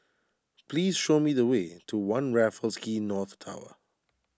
please show me the way to one Raffles Quay North Tower